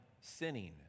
sinning